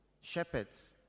shepherds